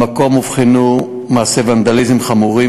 במקום אובחנו מעשי ונדליזם חמורים,